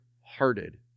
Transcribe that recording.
hearted